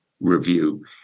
review